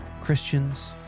Christians